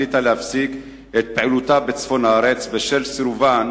החליטה להפסיק את פעילותה בצפון הארץ בשל סירובן